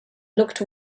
looked